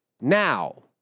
now